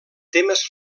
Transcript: temes